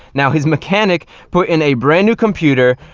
now his mechanic put in a brand new computer,